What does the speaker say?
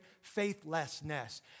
faithlessness